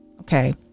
okay